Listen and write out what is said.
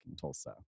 Tulsa